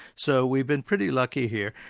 so we've been pretty lucky here.